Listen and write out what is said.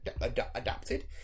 adapted